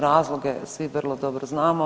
Razloge svi vrlo dobro znamo.